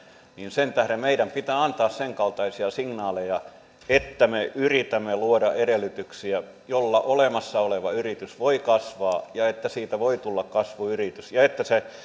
sen tähden minusta meidän pitää antaa senkaltaisia signaaleja että me yritämme luoda edellytyksiä joilla olemassa oleva yritys voi kasvaa ja että siitä voi tulla kasvuyritys ja että